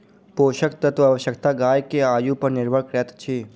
पोषक तत्वक आवश्यकता गाय के आयु पर निर्भर करैत अछि